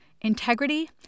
integrity